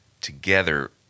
together